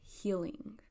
healing